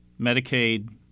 Medicaid